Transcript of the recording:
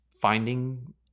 finding